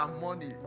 money